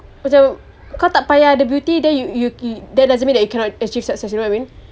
macam kau tak payah ada beauty then you you you that doesn't mean that you cannot achieve success you know I mean